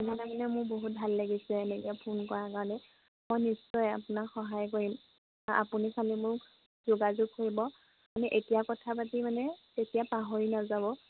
সেইকাৰণে মানে মোৰ বহুত ভাল লাগিছে এনেকৈ ফোন কৰাৰ কাৰণে মই নিশ্চয় আপোনাক সহায় কৰিম আপুনি খালি মোক যোগাযোগ কৰিব মানে এতিয়া কথা পাতি মানে তেতিয়া পাহৰি নাযাব